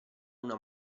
una